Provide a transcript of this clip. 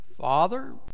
Father